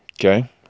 Okay